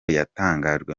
yatangajwe